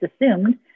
assumed